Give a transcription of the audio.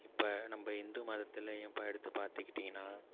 இப்போ நம்ம இந்து மதத்துலேயும் இப்போ எடுத்து பார்த்துக்கிட்டிங்கன்னா